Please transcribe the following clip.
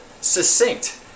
succinct